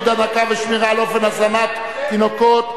הנקה ושמירה על אופן הזנת תינוקות.